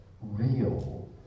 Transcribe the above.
real